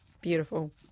beautiful